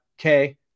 Okay